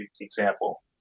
example